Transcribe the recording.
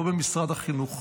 לא במשרד החינוך,